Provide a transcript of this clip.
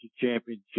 championship